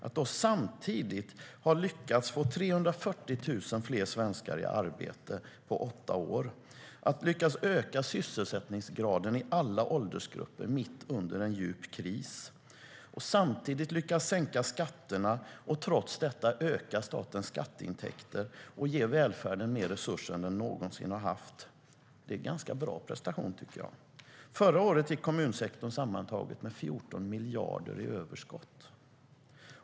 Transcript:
Att mitt under en djup kris lyckas få 340 000 fler svenskar i arbete på åtta år, lyckas öka sysselsättningsgraden i alla åldersgrupper och samtidigt lyckas sänka skatterna och trots detta öka statens skatteintäkter och ge välfärden mer resurser än den någonsin haft är en ganska bra prestation, tycker jag. Förra året gick kommunsektorn sammantaget med 14 miljarder i överskott.